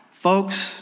folks